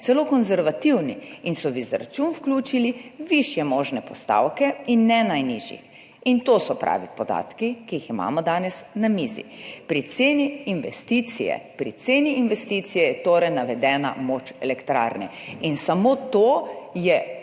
celo konservativni in so v izračun vključili višje možne postavke in ne najnižjih. To so pravi podatki, ki jih imamo danes na mizi. Pri ceni investicije je torej navedena moč elektrarne in samo to je